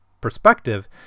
perspective